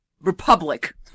republic